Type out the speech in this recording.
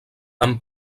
amb